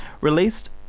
released